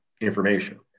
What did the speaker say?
information